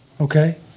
Okay